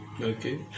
Okay